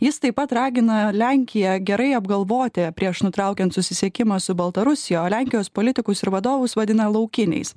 jis taip pat ragina lenkiją gerai apgalvoti prieš nutraukiant susisiekimą su baltarusija o lenkijos politikus ir vadovus vadina laukiniais